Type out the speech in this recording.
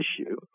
issue